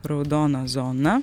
raudona zona